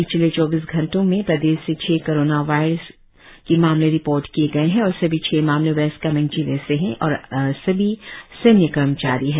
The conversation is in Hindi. पिछले चौबीस घंटों में प्रदेश से छह कोरोना वायर्स के मामले रिपोर्ट किए गए है और सभी छह मामले वेस्ट कामेंग जिले से है और सभी सैन्य कर्मचारी है